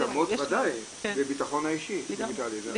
מותאמות ודאי, לביטחון אישי דיגיטלי.